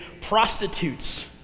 prostitutes